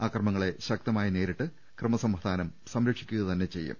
അക്രമങ്ങളെ ശക്തമായി നേരിട്ട് ക്രമസമാധാനം സംരക്ഷിക്കുകതന്നെ ചെയ്യും